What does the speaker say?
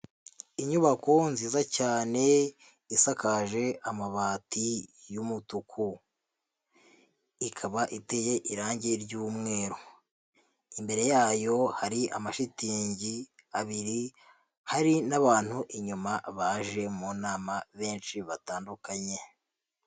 Inyubako nziza cyane isakaje amabati y'umutuku ikaba iteye irangi ry'umweru, imbere yayo hari amashitingi abiri hari n'abantu inyuma baje mu nama benshi batandukanye.